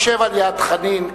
תשב ליד חנין,